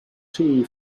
tea